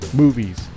movies